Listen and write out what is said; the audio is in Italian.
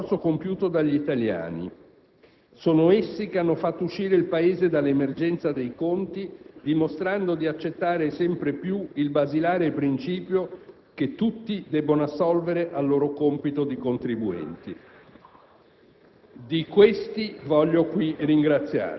Ma la manovra è soprattutto il frutto dello sforzo compiuto dagli italiani; sono essi che hanno fatto uscire il Paese dall'emergenza dei conti, dimostrando di accettare sempre più il basilare principio che tutti debbono assolvere al loro compito di contribuenti.